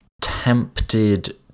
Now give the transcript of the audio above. tempted